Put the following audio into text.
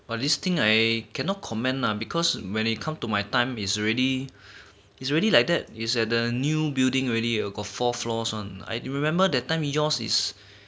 !wah! this thing I cannot comment lah because when it come to my time is already is really like that is at the new building already got four floors one I remember that time yours is